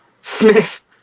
Smith